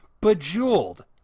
Bejeweled